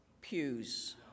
pews